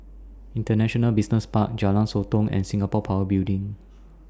International Business Park Jalan Sotong and Singapore Power Building